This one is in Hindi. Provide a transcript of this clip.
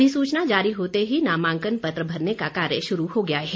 अधिसूचना जारी होते ही नामांकन पत्र भरने का कार्य शुरू हो गया है